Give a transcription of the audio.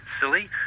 silly